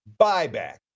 buyback